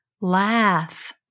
laugh